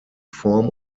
form